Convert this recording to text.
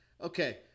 Okay